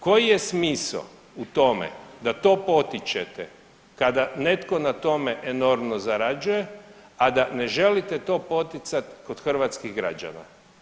Koji je smisao u tome da to potičete kada netko na tome enormno zarađuje, a da ne želite to poticat kod hrvatskih građana.